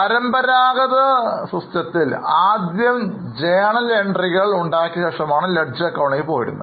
പരമ്പരാഗത സമ്പ്രദായത്തിൽ ആദ്യം ജേണൽ എൻട്രികൾ ഉണ്ടാക്കിയ ശേഷം ആണ് ലെഡ്ജർ അക്കൌണ്ടിലേക്ക് പോയിരുന്നത്